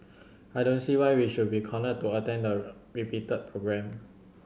I don't see why we should be cornered to attend the repeated programme